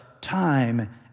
time